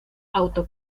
auto